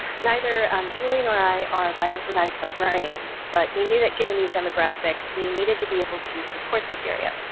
neither um julia nor i are bioinformatics librarians, but we knew that given these demographics we needed to be able to support this area.